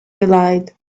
delight